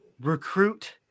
Recruit